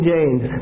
James